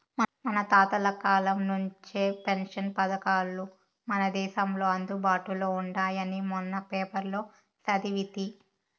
మన తాతల కాలం నుంచే పెన్షన్ పథకాలు మన దేశంలో అందుబాటులో ఉండాయని మొన్న పేపర్లో సదివితి